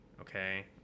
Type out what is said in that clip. okay